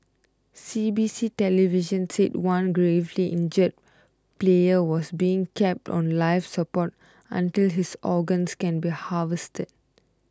C B C television said one gravely injured player was being kept on life support until his organs can be harvested